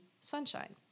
sunshine